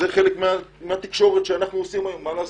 זה חלק מהתקשורת שאנחנו נעזרים בה היום, מה לעשות?